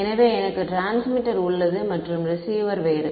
எனவே எனக்கு Tx உள்ளது மற்றும் Rx வேறு